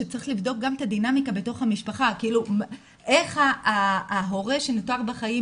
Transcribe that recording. שצריך לבדוק גם את הדינמיקה בתוך המשפחה - איך ההורה שנותר בחיים,